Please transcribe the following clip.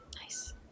Nice